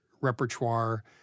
repertoire